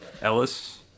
Ellis